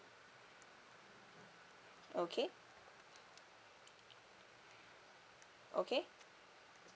okay okay